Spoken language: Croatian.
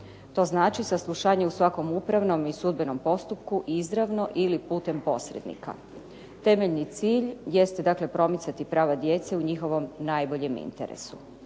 To znači saslušanje u svakom upravnom i sudbenom postupku izravno ili putem posrednika. Temeljni cilj jeste dakle promicati prava djece u njihovom najboljem interesu.